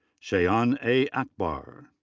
shayan a. akbar.